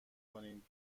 کنین